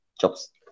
jobs